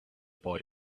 boy